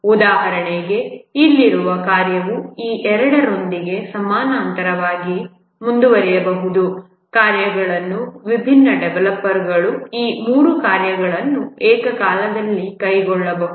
ಉದಾಹರಣೆಗೆ ಇಲ್ಲಿರುವ ಕಾರ್ಯವು ಈ ಎರಡರೊಂದಿಗೆ ಸಮಾನಾಂತರವಾಗಿ ಮುಂದುವರಿಯಬಹುದು ಕಾರ್ಯಗಳು ವಿಭಿನ್ನ ಡೆವೆಲಪರ್ಗಳು ಈ ಮೂರು ಕಾರ್ಯಗಳನ್ನು ಏಕಕಾಲದಲ್ಲಿ ಕೈಗೊಳ್ಳಬಹುದು